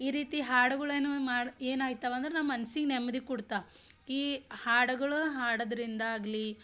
ಈ ರೀತಿ ಹಾಡುಗುಳೇನವೆ ಮಾಡಿ ಏನಾಯ್ತವೆ ಅಂದ್ರೆ ನಮ್ಮ ಮನ್ಸಿಗೆ ನೆಮ್ಮದಿ ಕೊಡ್ತಾ ಈ ಹಾಡುಗಳು ಹಾಡೋದ್ರಿಂದ ಆಗಲಿ